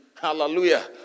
Hallelujah